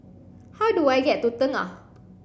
how do I get to Tengah